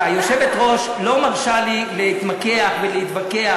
היושבת-ראש לא מרשה לי להתמקח ולהתווכח,